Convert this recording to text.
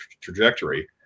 trajectory